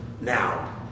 now